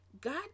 God